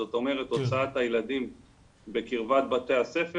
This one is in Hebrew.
זאת אומרת הוצאת התלמידים בקרבת בתי הספר